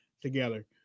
together